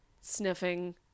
sniffing